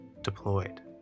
deployed